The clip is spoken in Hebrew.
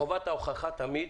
חובת ההוכחה היא תמיד